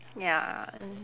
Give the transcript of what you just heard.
ya and